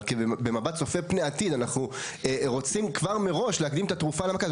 אבל במבט צופה פני עתיד אנחנו רוצים כבר מראש להקדים תרופה למכה.